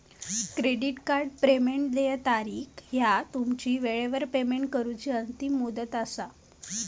credit card payment देय तारीख ह्या तुमची वेळेवर पेमेंट करूची अंतिम मुदत असा